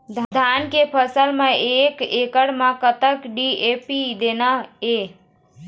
धान के फसल म एक एकड़ म कतक डी.ए.पी देना ये?